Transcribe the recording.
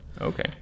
Okay